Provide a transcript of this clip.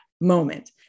moment